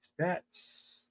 Stats